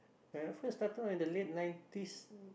when I first started out in the late nineties